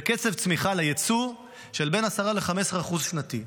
זה קצב צמיחה ליצוא של בין 10% ל-15% שנתי.